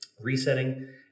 resetting